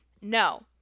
No